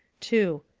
two.